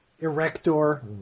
Erector